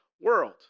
world